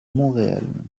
montréal